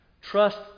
trust